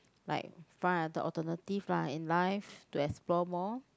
like find other alternative lah in life to explore more